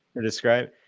describe